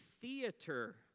theater